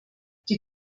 die